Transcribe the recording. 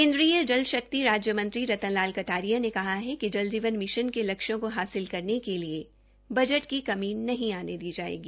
केन्द्रीय जल शक्ति राज्यमंत्री रतन लाल कटारिया ने कहा है कि जल जीवन मिशन के लक्ष्यों को हासिल करने के लिए बजट की कमी नहीं आने दी जायेगी